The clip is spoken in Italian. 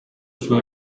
suo